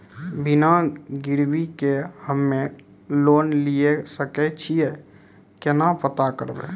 बिना गिरवी के हम्मय लोन लिये सके छियै केना पता करबै?